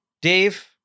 dave